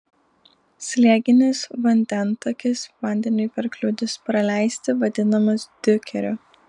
slėginis vandentakis vandeniui per kliūtis praleisti vadinamas diukeriu